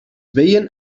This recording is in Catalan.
veien